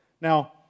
Now